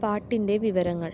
പാട്ടിൻ്റെ വിവരങ്ങൾ